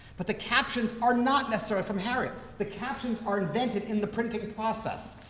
but the captions are not necessarily from harriott. the captions are invented in the printing process.